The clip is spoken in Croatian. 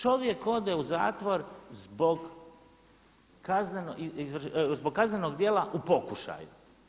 Čovjek ode u zatvor zbog kaznenog djela u pokušaju.